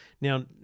Now